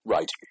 Right